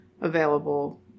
available